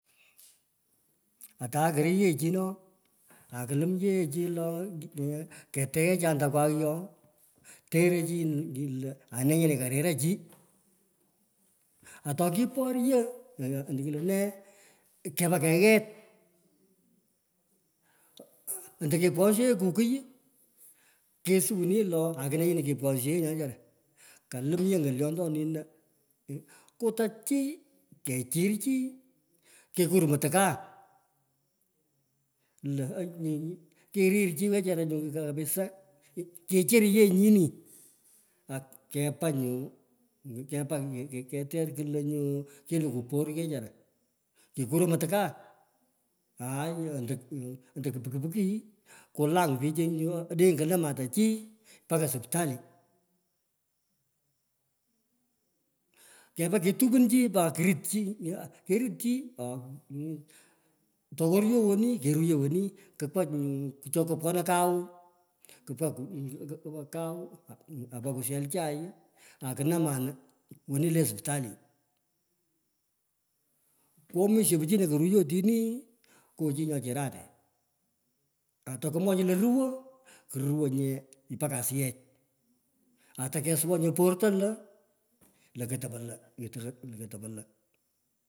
Atoyee koruu yee chi no akulimchi yee chi lo ongut lo ketea chi andakway yii no terei chi io ani nyini kariraa chi. Ato kiperyo kepa kayet ando kekwanshon ye nya wechora kangur ye ng'olyondonino kutaa chi. kechir chi. kekur mtakaa. Lo aywei kirir chi wechara nyoruto kabisa kichirinyi oyu nyini. Kepa nyu, kepoa nyu, keterta nyu lo kilukwo por ko wechara. kekoroo mtakaa nyanto ko pikipiki kulang pich odeny kunamata chi paka sipitali. Kepa ketukum chi akerit kerit chi oo owoy tokaruyoo wani. keruyou wani. kupkaa yuu tokopwonoy kau kupka nyu kupka kau apka kushe chai akunamani nyini le siptali kwomisho pichini koruyo otini ng'oo chi yo chirate. Atokomwochi le ruwo kuronye mpaka asiyech atekesuwa lo poto lo ando ki nget lo kotopo lo